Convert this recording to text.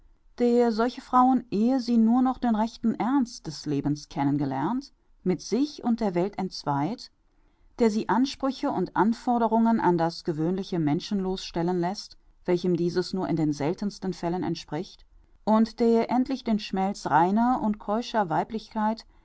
der solche frauen ehe sie nur noch den rechten ernst des lebens kennen gelernt mit sich und der welt entzweit der sie ansprüche und anforderungen an das gewöhnliche menschenloos stellen läßt welchem dieses nur in den seltensten fällen entspricht und der endlich den schmelz reiner und keuscher weiblichkeit